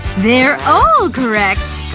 they're all correct!